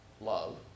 love